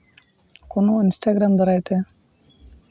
ᱠᱳᱱᱳ ᱤᱱᱥᱴᱟᱜᱨᱟᱢ ᱫᱟᱨᱟᱭ ᱛᱮ